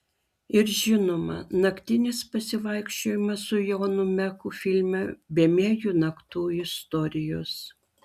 ir žinoma naktinis pasivaikščiojimas su jonu meku filme bemiegių naktų istorijos